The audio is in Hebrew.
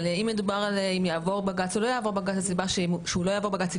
אבל אם מדובר על האם יעבור בג"ץ או לא הסיבה שהוא לא יעבור בג"ץ היא